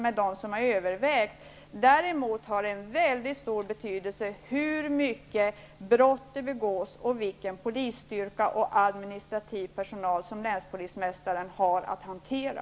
Däremot har det en stor betydelse hur många brott som begås och vilken polisstyrka och administrativ personal som länspolismästaren har att hantera.